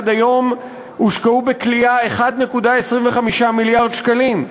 עד היום הושקעו בכליאה 1.25 מיליארד שקלים.